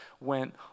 went